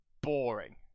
boring